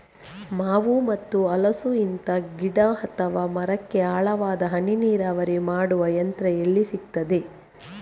ಮಾವು ಮತ್ತು ಹಲಸು, ಇಂತ ಗಿಡ ಅಥವಾ ಮರಕ್ಕೆ ಆಳವಾದ ಹನಿ ನೀರಾವರಿ ಮಾಡುವ ಯಂತ್ರ ಎಲ್ಲಿ ಸಿಕ್ತದೆ?